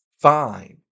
fine